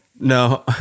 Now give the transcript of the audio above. No